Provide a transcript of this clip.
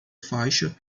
faixa